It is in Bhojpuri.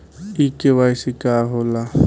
इ के.वाइ.सी का हो ला?